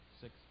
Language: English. six